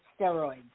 steroids